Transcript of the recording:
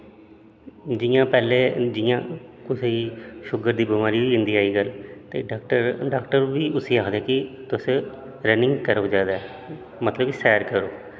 जियां पैह्लें जियां कुसै गी शुगर दी बमारी होई जंदी अज्जकल ते डाॅक्टर डाक्टर बी उसी आखदे कि तुस रनिंग करो ज्यादा मतलब कि सैर करो